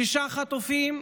שישה חטופים,